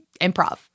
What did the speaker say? improv